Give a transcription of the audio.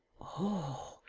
oh,